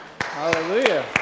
Hallelujah